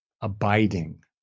abiding